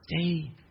stay